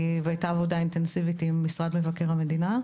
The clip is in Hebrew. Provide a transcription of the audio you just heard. הייתה לנו עבודה אינטנסיבית עם משרד מבקר המדינה,